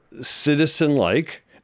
citizen-like